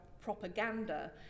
propaganda